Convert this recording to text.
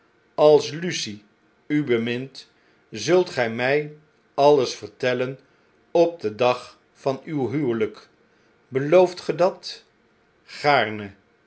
als lucie u bemint zult gjj mjj alles vertellen op den dag van uw huweljjk belooft ge dat